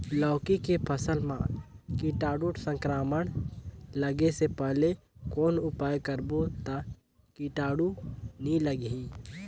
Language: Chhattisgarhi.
लौकी के फसल मां कीटाणु संक्रमण लगे से पहले कौन उपाय करबो ता कीटाणु नी लगही?